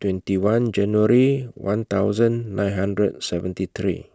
twenty one January one thousand nine hundred seventy three